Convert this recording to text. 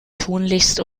tunlichst